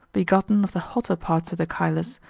begotten of the hotter parts of the chylus,